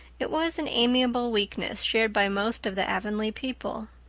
it was an amiable weakness shared by most of the avonlea people.